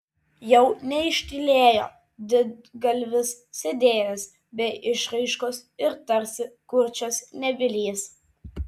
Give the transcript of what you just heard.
jau neištylėjo didgalvis sėdėjęs be išraiškos ir tarsi kurčias nebylys